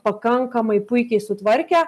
pakankamai puikiai sutvarkę